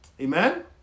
Amen